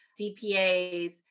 CPAs